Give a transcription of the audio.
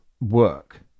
work